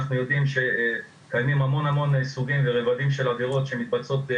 אנחנו יודעים שקיימים המון סוגים ורבדים של עבירות שמתבצעות.